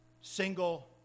single